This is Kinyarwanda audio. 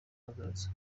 hazaza